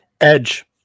Edge